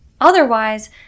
Otherwise